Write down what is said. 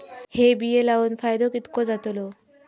हे बिये लाऊन फायदो कितको जातलो?